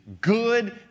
good